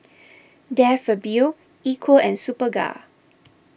De Fabio Equal and Superga